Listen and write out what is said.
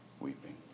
weeping